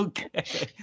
Okay